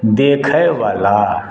देखयवला